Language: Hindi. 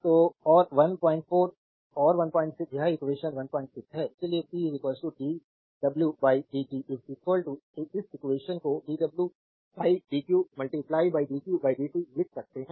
तो और 14 और 16 यह एक्वेशन 16 है इसलिए p dw dt इस एक्वेशन को dw dq dq dt लिख सकते हैं